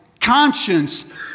conscience